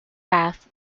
path